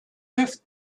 fifth